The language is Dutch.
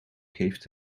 geeft